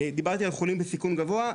דיברתי על חולים בסיכון גבוהה,